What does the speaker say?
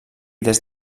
des